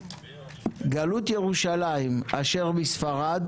"גלות ירושלים אשר בספרד"